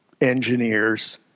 engineers